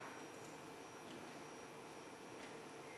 התשע"ד 2014,